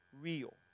real